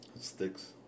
Sticks